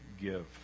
give